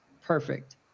perfect